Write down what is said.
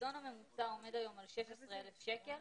הפיקדון הממוצע עומד היום על 16,000 שקלים